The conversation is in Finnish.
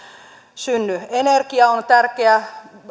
synny energia on tärkeä